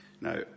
Now